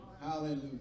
Hallelujah